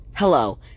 Hello